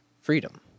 freedom